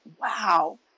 wow